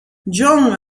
john